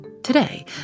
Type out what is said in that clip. Today